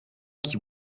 qui